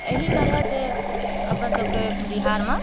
एही तरहसँ अपन सबके बिहारमे